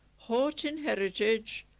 hawtin heritage,